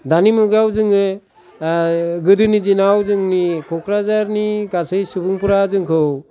दानि मुगायाव जोङो गोदोनि दिनाव जोंनि क'क्राझारनि गासि सुबुंफ्रा जोंखौ